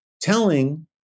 telling